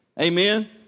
Amen